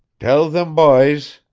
tell thim byes,